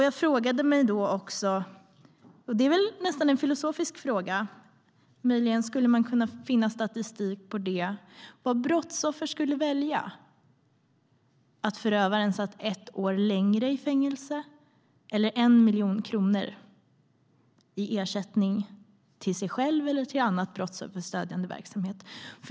Jag frågade mig då också, och det är väl nästan en filosofisk fråga som man möjligen skulle kunna finna statistik om, vad brottsoffer skulle välja: att förövaren satt ett år längre i fängelse eller att få 1 miljon kronor i ersättning till sig själv eller till annan brottsofferstödjande verksamhet.